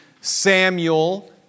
Samuel